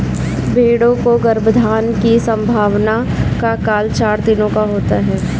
भेंड़ों का गर्भाधान की संभावना का काल चार दिनों का होता है